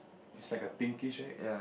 is like a pinkish right